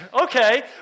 Okay